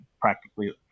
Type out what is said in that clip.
practically